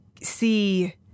see